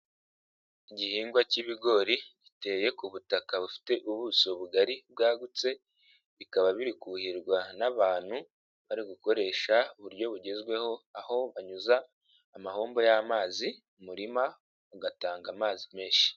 Igihingwa k'ibigori giteye ku butaka bufite ubuso bugari bwagutse bikaba biri kuhirwa n'abantu bari gukoresha uburyo bugezweho aho banyuza amahombo y'amazi umurima ugatanga amazi menshi.